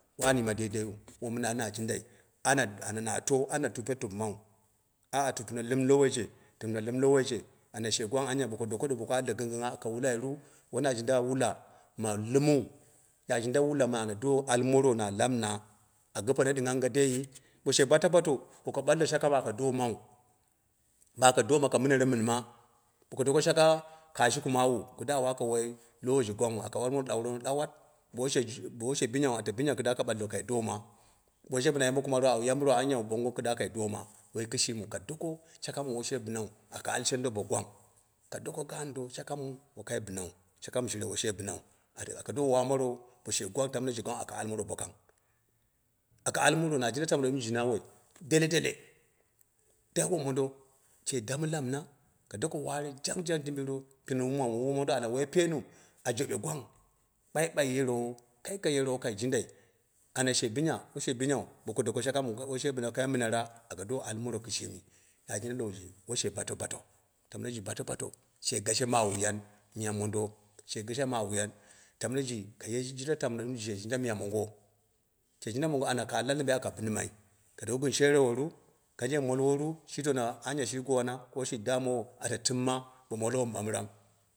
Wami yima daidiu, wommana jinda anya na to ane tupetupimau, a tukɨno lɨm lowoi je chinno lɨm lowoii je she gwang anya bo ku ɗo ko aldi gɨnggɨngngha aka wula i ru? Wuna jinda wula ma lɨmma na jinda wula mɨ ana do almoro na lamɨna, a gɨpene, ɗinga ɗingadai? Bo she batobato boko ɓaldo shaka mɨ aka domau, bo aka doama a mine re mɨnma, boko doko shaka ka shukaa mawuu kɨda waka wai lowo ji gwangnghu aka wamono ɗaurɨ moro ɗawat bo woi she bimyau ata binya kɨduwa ka ɓaldo kai doama, bo woi she bina yambe kumanni awu yambɨro anya wu ɓongo kiduwa kai dooma, woi kɨshɨmɨu ka doko, shaka mɨ woi shii bimnau, aka al shendo bo gwang, ka doko gaando shaka m wokai bɨnau, shaka m shire woshe bɨnau aka do wamoro bo she gwang tamno ji gwang, ako do almoro bo kang, aka almoro na jinda tamno ji na wai ji ne dele dele dai wommondo she dame lamɨna, ko doko ware jangjang dimbiiro gɨn wome wuma mondo anya woi peenius, ɓaiɓai yiro kai kai yero kai jindai anya shi binya, woi she binyau bo ko dako shakamiya woi she binau aka almoro kɨshimi na jinda lowo ji woi shi batobatou. Tamno she batobato she gashe mawiyan miya monodo, she gashe mawiyan tamno ji kaye jinda tamno ji she ya jinta miya mongo, bo she jinda mongo anya ka la lambe aka binmai ka dok gɨn sherewo ru? Kanjei molwo ru? Shi dona anuja shi gowana ko shi damo wo ata tɨmma bo molwo mi ɓambiram.